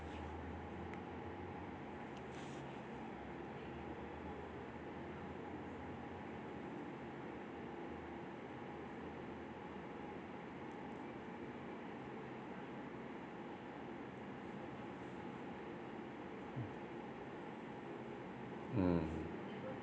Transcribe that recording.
mm